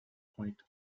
point